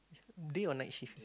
day or night shift